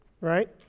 Right